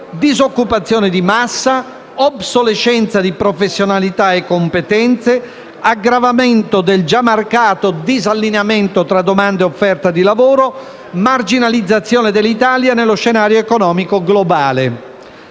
disoccupazione di massa, obsolescenza di professionalità e competenze, aggravamento del già marcato disallineamento tra domanda e offerta di lavoro, marginalizzazione dell'Italia nello scenario economico globale.